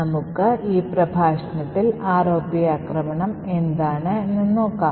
നമുക്ക് ഈ പ്രഭാഷണത്തിൽ ROP ആക്രമണം എന്താണ് എന്ന് നോക്കാം